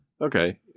Okay